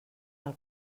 del